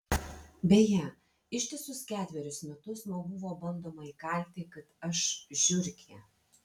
beje ištisus ketverius metus man buvo bandoma įkalti kad aš žiurkė